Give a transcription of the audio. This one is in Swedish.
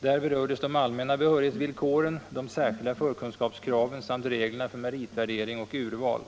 Där berördes de allmänna behörighetsvillkoren, de särskilda förkunskapskraven samt reglerna för meritvärdering och urval.